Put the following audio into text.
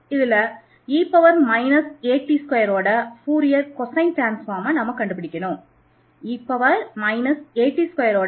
இதில் e at2ன் Fourier cosine டிரான்ஸ்ஃபார்ம்மை கண்டுபிடிக்க முயற்சி செய்யப் போகிறோம்